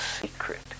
secret